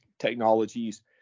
technologies